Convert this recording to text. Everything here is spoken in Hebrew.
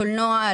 קולנוע,